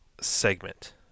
segment